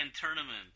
Tournament